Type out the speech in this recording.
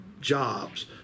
jobs